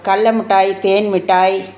கடல மிட்டாய் தேன் மிட்டாய்